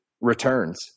returns